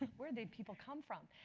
where did people come from?